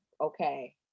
okay